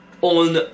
on